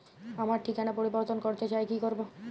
আমার ঠিকানা পরিবর্তন করতে চাই কী করব?